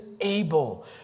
able